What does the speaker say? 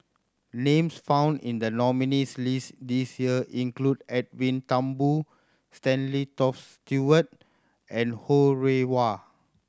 names found in the nominees' list this year include Edwin Thumboo Stanley Toft Stewart and Ho Rih Hwa